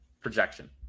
projection